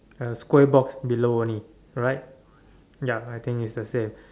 a square box below only right ya I think it's the same